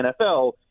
nfl